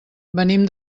venim